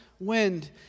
Wind